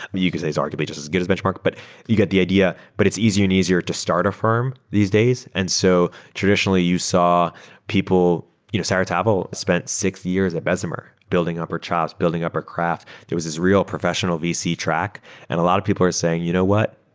you you can say he's arguably just as good as benchmark, but you get the idea. but it's easier and easier to start a firm these days and so traditionally, you saw people you know sarah tavel spent six years at bessemer building up her chops, building up her craft. there's was this real professional vc track and a lot of people are saying, you know what?